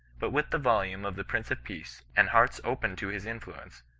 but with the volume of the prince of peace, and hearts open to his influence,